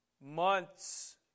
Months